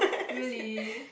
really